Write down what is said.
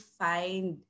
find